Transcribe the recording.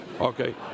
Okay